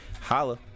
Holla